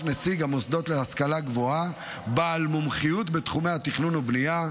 נוסף נציג המוסדות להשכלה גבוהה בעל מומחיות בתחומי התכנון והבנייה,